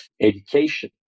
education